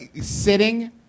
sitting